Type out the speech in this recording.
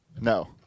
No